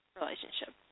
relationship